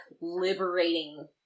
liberating